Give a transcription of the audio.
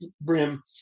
brim